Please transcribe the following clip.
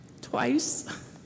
twice